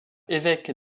évêque